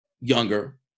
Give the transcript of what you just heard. younger